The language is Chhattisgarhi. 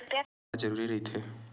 का बार जरूरी रहि थे?